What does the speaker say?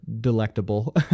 delectable